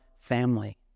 family